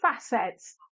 facets